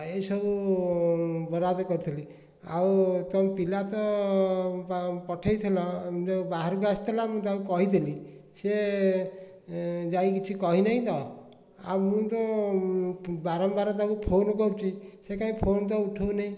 ଆଉ ଏହିସବୁ ବରାଦ କରିଥିଲି ଆଉ ତୁମ ପିଲା ତ ପଠେଇଥିଲ ଯେଉଁ ବାହାରକୁ ଆସିଥିଲା ମୁଁ ତାକୁ କହିଥିଲି ସେ ଯାଇ କିଛି କହିନାଇଁ ତ ଆଉ ମୁଁ ତ ବାରମ୍ବାର ତାକୁ ଫୋନ୍ କରୁଛି ସେ କାଇଁ ଫୋନ୍ ତ ଉଠାଉନି